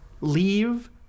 leave